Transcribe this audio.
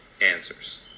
answers